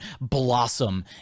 blossom